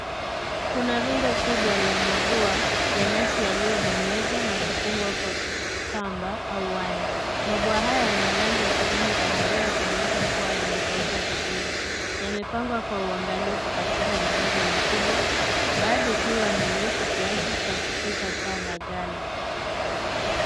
Kuna rundo kubwa la mabua ya nyasi yaliyobonyezwa na kufungwa kwa kamba au waya. Mabua haya rangi ya kijani kahawia kuonyesha kuwa yamekaushwa vizuri. Yamepangwa kwa uangalifu katika mirundo mikubwa baadhi ikiwa mirefu kiasi cha kufika paa la gala.